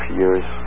years